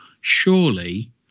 surely